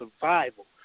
survival